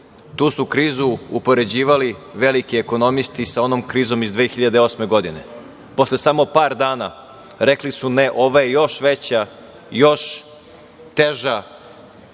tu su krizu upoređivali veliki ekonomisti sa onom krizom iz 2008. godine. Posle samo par dana, rekli su – ne, ova je još veća, još teža